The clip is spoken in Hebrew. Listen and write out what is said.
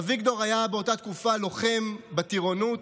אביגדור היה באותה תקופה לוחם בטירונות,